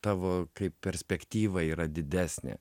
tavo kaip perspektyva yra didesnė